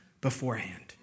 beforehand